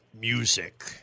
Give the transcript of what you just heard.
music